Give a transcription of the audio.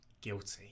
guilty